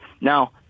Now